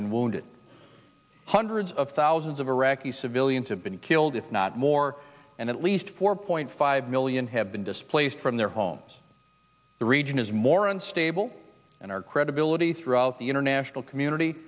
been wounded hundreds of thousands of iraqi civilians have been killed if not more and at least four point five million have been displaced from their homes the region is more unstable and our credibility throughout the international community